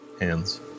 hands